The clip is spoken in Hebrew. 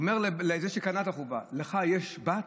הוא אומר לזה שקנה את החורבה: לך יש בת?